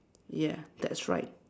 ya that's right